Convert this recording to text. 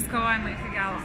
bus kovojama iki galo